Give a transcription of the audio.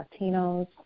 Latinos